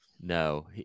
No